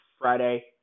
Friday